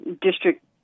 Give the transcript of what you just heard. District